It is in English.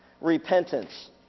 Repentance